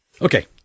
Okay